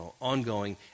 ongoing